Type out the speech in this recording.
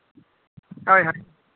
ᱦᱳᱭ ᱦᱳᱭ